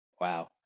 Wow